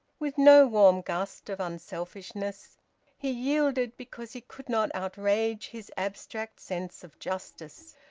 with no warm gust of unselfishness he yielded because he could not outrage his abstract sense of justice.